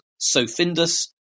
Sofindus